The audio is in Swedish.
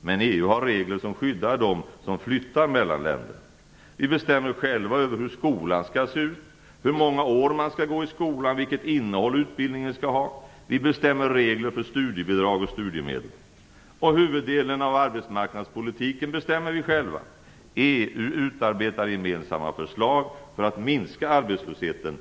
Men EU har regler som skyddar dem som flyttar mellan länderna. Vi bestämmer själva över hur skolan skall se ut, hur många år man skall gå i skolan, vilket innehåll utbildningen skall ha. Vi bestämmer regler för studiebidrag och studiemedel. Och huvuddelen av arbetsmarknadspolitiken bestämmer vi själva över. EU utarbetar gemensamma förslag för att minska arbetslösheten.